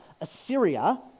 Assyria